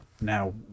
Now